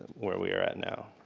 where we are at now.